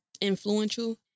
influential